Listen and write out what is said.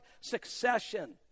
succession